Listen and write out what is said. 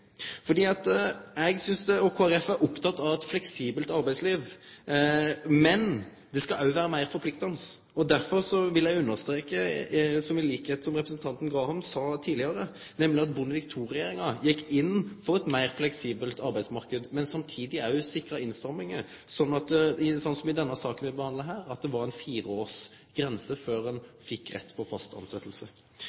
og eg er opptekne av eit fleksibelt arbeidsliv, men det skal òg vere meir forpliktande. Derfor vil eg understreke det som representanten Graham sa tidlegare, nemleg at Bondevik II-regjeringa gjekk inn for ein meir fleksibel arbeidsmarknad, men sikra samstundes innstrammingar – sånn som i den saka vi behandlar her – ved at det var ei toårsgrense før ein